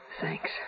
Thanks